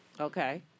Okay